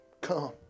come